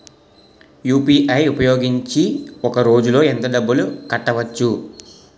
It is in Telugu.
యు.పి.ఐ ఉపయోగించి ఒక రోజులో ఎంత డబ్బులు కట్టవచ్చు?